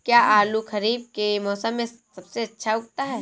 क्या आलू खरीफ के मौसम में सबसे अच्छा उगता है?